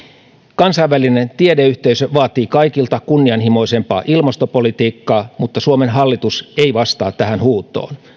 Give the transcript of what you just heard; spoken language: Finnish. kansainvälinen tiedeyhteisö vaatii kaikilta kunnianhimoisempaa ilmastopolitiikkaa mutta suomen hallitus ei vastaa tähän huutoon